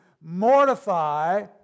Mortify